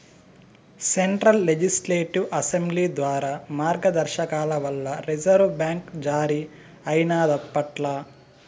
central legislative assembly ద్వారా మార్గదర్శకాల వల్ల రిజర్వు బ్యాంక్ జారీ అయినాదప్పట్ల